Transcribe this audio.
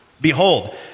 Behold